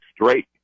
straight